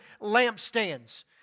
lampstands